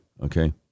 okay